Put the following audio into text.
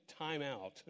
timeout